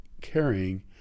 carrying